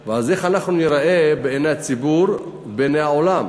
ואז, איך אנחנו ניראה בעיני הציבור ובעיני העולם?